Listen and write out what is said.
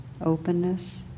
openness